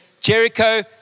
Jericho